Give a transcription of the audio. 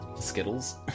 skittles